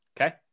okay